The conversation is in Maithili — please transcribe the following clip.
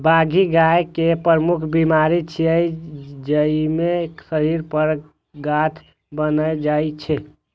बाघी गाय के प्रमुख बीमारी छियै, जइमे शरीर पर गांठ बनि जाइ छै